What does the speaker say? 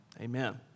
Amen